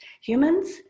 humans